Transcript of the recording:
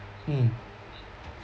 mm